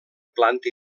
planta